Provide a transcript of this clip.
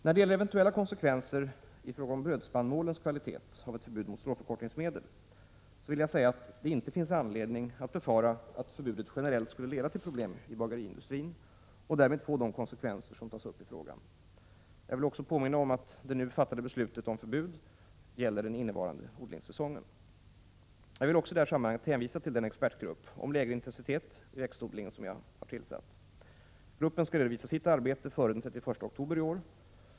När det gäller eventuella konsekvenser i fråga om brödspannmålens kvalitet av ett förbud mot stråförkortningsmedel vill jag framhålla att det inte finns anledning att befara att förbudet generellt skulle leda till problem i bageriindustrin och därmed få de konsekvenser som tas upp i frågan. Jag vill 85 också erinra om att det nu fattade beslutet om förbud mot användning av stråförkortningsmedel gäller den innevarande odlingssäsongen. Jag vill i detta sammanhang även hänvisa till den expertgrupp om lägre intensitet i växtodlingen som jag har tillsatt. Gruppen skall redovisa sitt arbete före den 31 oktober i år.